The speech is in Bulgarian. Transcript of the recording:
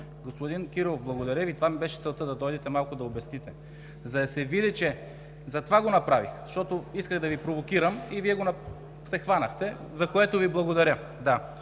Господин Кирилов, благодаря Ви, това ми беше целта – да дойдете малко да обясните. Затова го направих, защото исках да Ви провокирам и Вие се хванахте, за което Ви благодаря.